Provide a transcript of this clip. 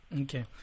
Okay